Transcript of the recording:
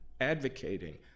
advocating